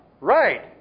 Right